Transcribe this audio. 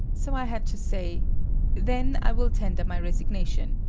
so i had to say then, i will tender my resignation.